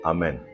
Amen